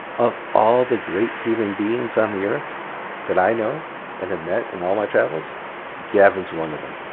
of all the great human beings on the earth that i know and have met in all my travels gavin's one of them